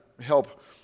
help